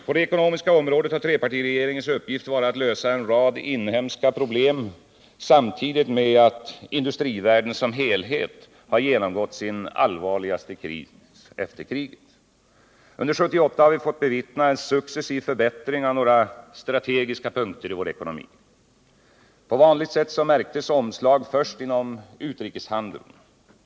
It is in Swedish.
På det ekonomiska området har trepartiregeringens uppgift varit att lösa en rad inhemska problem samtidigt med att industrivärlden som helhet genomgått sin allvarligaste kris efter kriget. Under 1978 har vi fått bevittna en successiv förbättring på några strategiska punkter i vår ekonomi. På vanligt sätt märktes omslag först inom utrikeshandeln.